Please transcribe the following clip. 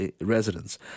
residents